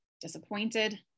disappointed